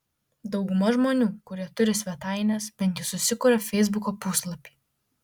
dauguma žmonių kurie turi svetaines bent jau susikuria feisbuko puslapį